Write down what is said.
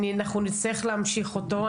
אנחנו נצטרך להמשיך אותו.